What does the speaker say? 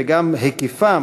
וגם היקפם,